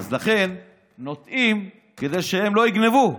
אז לכן נוטעים, כדי שהם לא יגנבו.